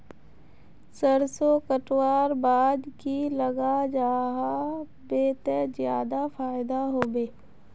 सरसों कटवार बाद की लगा जाहा बे ते ज्यादा फायदा होबे बे?